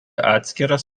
atskiras